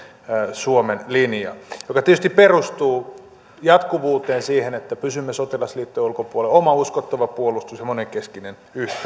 suomen linjaa joka tietysti perustuu jatkuvuuteen siihen että pysymme sotilasliittojen ulkopuolella on oma uskottava puolustus ja monenkeskinen yhteistyö